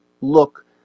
look